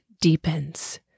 deepens